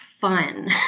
fun